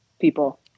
people